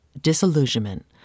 disillusionment